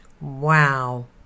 Wow